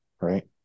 Right